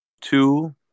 two